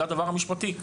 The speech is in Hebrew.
זה הדבר המשפטי,